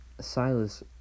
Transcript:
Silas